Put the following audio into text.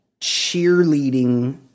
cheerleading